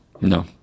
No